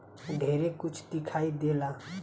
ढेरे कुछ दिखाई देला